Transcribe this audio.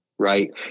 Right